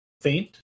faint